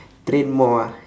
train more ah